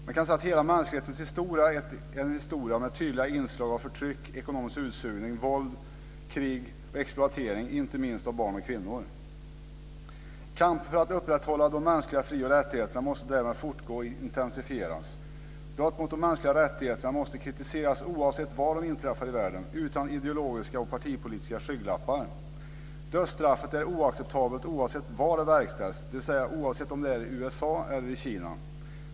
Man kan se att hela mänsklighetens historia är en historia med tydliga inslag av förtryck, ekonomisk utsugning, våld, krig och exploatering inte minst av barn och kvinnor. Kampen för att upprätthålla de mänskliga fri och rättigheterna måste därmed fortgå och intensifieras. Brott mot de mänskliga rättigheterna måste kritiseras oavsett var de inträffar i världen, utan ideologiska och partipolitiska skygglappar. Dödsstraffet är oacceptabelt oavsett var det verkställs, dvs. oavsett om det är i USA eller i Kina.